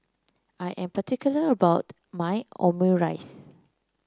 I am particular about my Omurice